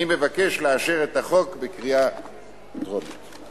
אני מבקש לאשר את החוק בקריאה טרומית.